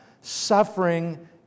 suffering